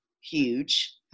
huge